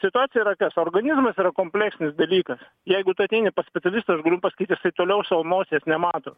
situacija yra kas organizmas yra kompleksinis dalykas jeigu tu ateini pas specialistą aš galiu pasakyt jisai toliau savo nosies nemato